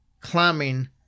climbing